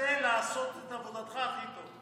מנסה לעשות את עבודתך הכי טוב.